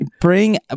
Bring